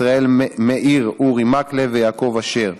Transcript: ישראל מאיר אורי מקלב ויעקב אשר.